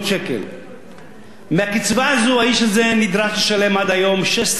מהקצבה הזאת האיש הזה נדרש לשלם עד היום 16% על כל מה שהוא קונה.